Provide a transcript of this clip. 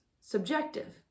subjective